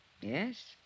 Yes